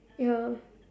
ya